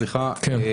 כן.